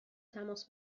تماس